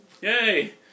Yay